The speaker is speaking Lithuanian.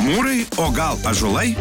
vyrai o gal ąžuolai